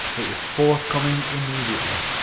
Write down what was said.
it was forthcoming immediately.